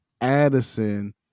Addison